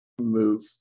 move